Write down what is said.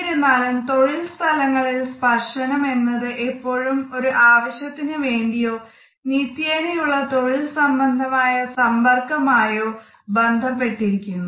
എന്നിരുന്നാലും തൊഴിൽ സ്ഥലങ്ങളിൽ സ്പർശനം എന്നത് എപ്പോഴും ഒരു ആവശ്യത്തിനു വേണ്ടിയോ നിത്യേനയുള്ള തൊഴിൽ സംബന്ധമായ സമ്പർക്കമായോ ബന്ധപ്പെട്ടിരിക്കുന്നു